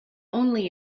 only